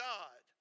God